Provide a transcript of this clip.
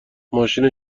ماشین